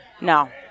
No